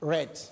Red